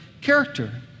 character